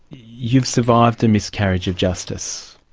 you've survived a miscarriage of justice,